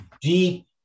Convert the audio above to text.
deep